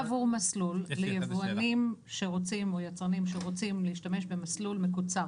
וזה עבור מסלול ליבואנים שרוצים או ליצרנים שרוצים להשתמש במסלול מקוצר,